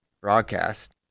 broadcast